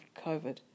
COVID